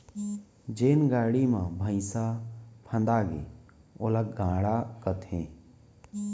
जेन गाड़ी म भइंसा फंदागे ओला गाड़ा कथें